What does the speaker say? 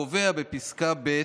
קובע בפסקה (ב):